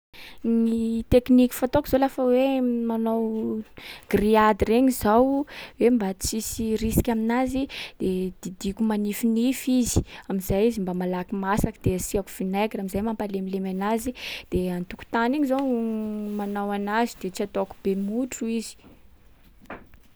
Ny tekniky fataoko zao lafa hoe m- manao grillade regny zao, hoe mba tsisy risque aminazy, de didiko manifinify izy, am’zay izy mba malaky masaky. De asiàko vinaigra am’zay mampalemilemy anazy de an-tokotany iny zaho manao anazy. De tsy ataoko be motro izy.